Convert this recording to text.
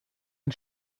ein